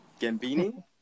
Gambini